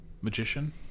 Magician